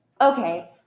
Okay